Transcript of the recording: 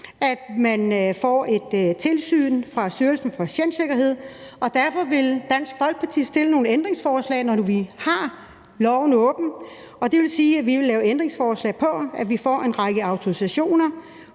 at de får tilsynsbesøg fra Styrelsen for Patientsikkerhed. Derfor vil Dansk Folkeparti stille nogle ændringsforslag, når vi har loven åben, og det vil sige, at vi vil lave ændringsforslag om, at vi får en række autorisationer